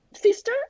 sister